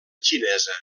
xinesa